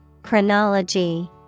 Chronology